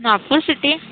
Nagpur city